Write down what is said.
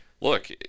look